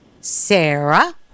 Sarah